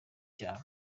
cyaro